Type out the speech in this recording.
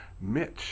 Mitch